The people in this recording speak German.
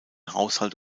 haushalt